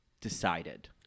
decided